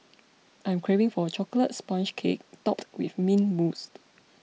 I am craving for a Chocolate Sponge Cake Topped with Mint Mousse